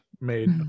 made